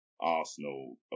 Arsenal